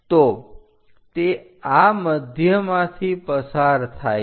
તો તે આ મધ્યમાંથી પસાર થાય છે